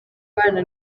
bana